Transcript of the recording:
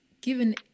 given